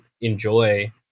enjoy